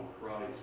Christ